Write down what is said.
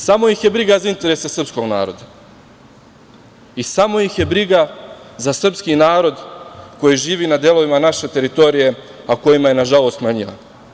Samo ih je briga za interese srpskog naroda i samo ih je briga za srpski narod koji živi na delovima naše teritorije, a kojima je na žalost manja.